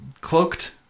cloaked